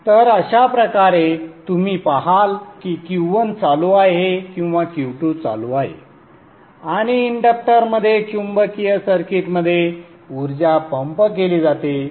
तर अशा प्रकारे तुम्ही पहाल की Q1 चालू आहे किंवा Q2 चालू आहे आणि इंडक्टरमध्ये चुंबकीय सर्किटमध्ये ऊर्जा पंप केली जाते